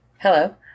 Hello